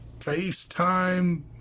FaceTime